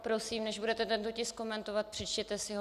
Prosím, než budete tento tisk komentovat, přečtěte si ho.